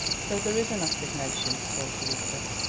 so there is an assignation, thought elizabeth,